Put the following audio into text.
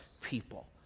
people